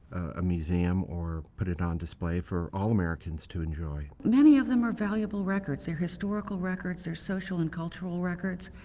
a museum or put it on display for all americans to enjoy. many of them are valuable records, they're historical records, they're social and cultural records,